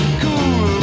cool